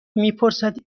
میپرسد